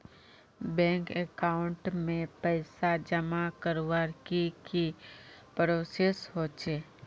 Bank account में पैसा जमा करवार की की प्रोसेस होचे?